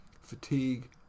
fatigue